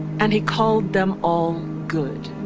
and he called them all good.